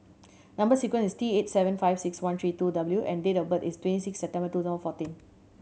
number sequence is T eight seven five six one three two W and date of birth is twenty six September two thousand fourteen